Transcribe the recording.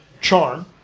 charm